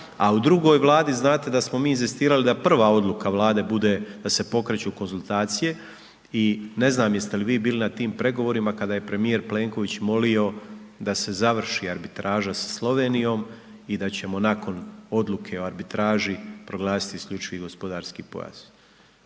a u drugoj Vladi, znate da smo mi inzistirali da prva odluka Vlade bude da se pokreću konzultacije i ne znam jeste li vi bili na tim pregovorima, kada je premijer Plenković molio da se završi arbitraža sa Slovenijom i da ćemo nakon odluke o arbitraži proglasiti IGP. Mi odluku imamo,